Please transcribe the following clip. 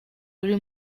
uri